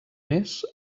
més